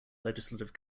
legislative